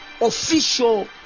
official